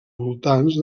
voltants